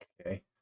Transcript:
okay